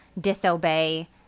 disobey